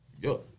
Yo